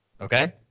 Okay